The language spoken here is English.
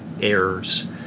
errors